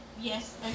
yes